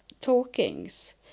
talkings